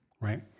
right